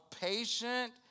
patient